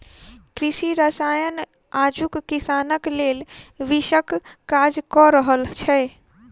कृषि रसायन आजुक किसानक लेल विषक काज क रहल छै